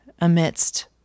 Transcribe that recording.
amidst